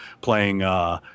playing –